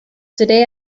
today